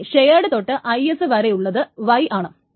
ഇനി ഷെയേഡ് തൊട്ട് IS വരെയുള്ളത് y ആണ്